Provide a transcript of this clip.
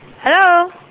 Hello